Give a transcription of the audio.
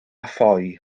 ffoi